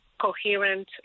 coherent